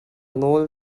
nawl